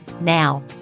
Now